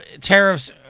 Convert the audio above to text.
tariffs